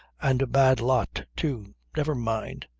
and a bad lot, too. never mind.